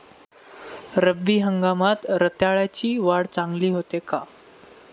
रब्बी हंगामात रताळ्याची वाढ चांगली होते का?